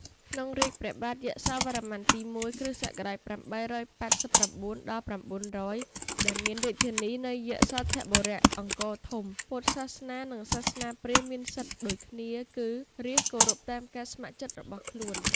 ក្នុងរាជ្យព្រះបាទយសោវរ្ម័នទី ១ (គ.ស ៨៨៩-៩០០) ដែលមានរាជធានីនៅ យសោធបុរៈ (អង្គរធំ) ពុទ្ធសាសនា និងសាសនាព្រាហ្មណ៍មានសិទ្ធិដូចគ្នា គឺ រាស្ត្រ គោរពតាមការស្ម័គ្រចិត្តរបស់ខ្លួន។